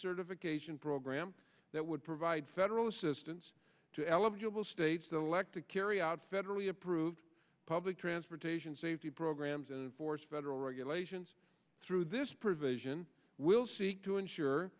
certification program that would provide federal assistance to elop gibble states that elect to carry out federally approved public transportation safety programs and force federal regulations through this provision will seek to ensure